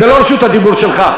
זו לא רשות הדיבור שלך.